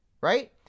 right